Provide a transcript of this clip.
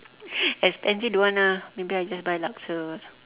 expensive don't want ah maybe I just buy laksa ah